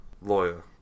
Lawyer